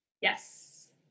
Yes